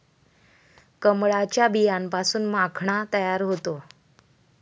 कमळाच्या बियांपासून माखणा तयार होतो